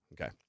Okay